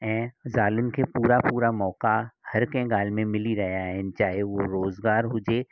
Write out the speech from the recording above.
ऐं ज़ालुनि खे पूरा पूरा मौक़ा हर कंहिं ॻाल्हि में मिली रहिया आहिनि चाहे हुअ रोज़गारु हुजे